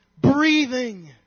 breathing